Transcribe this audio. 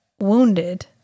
wounded